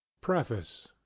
preface